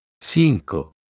Cinco